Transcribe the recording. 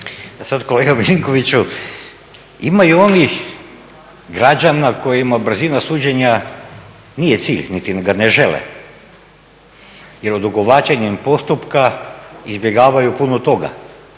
Sada kolega MIlinkoviću ima i onih građana kojima brzina suđenja nije cilj niti ga ne žele jer odugovlačenjem postupka izbjegavaju puno toga.